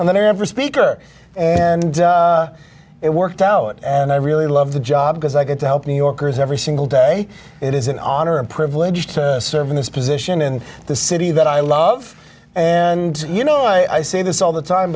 then every speaker and it worked out and i really love the job because i get to help new yorkers every single day it is an honor and privilege to serve in this position in the city that i love and you know i see this all the time